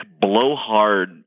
blowhard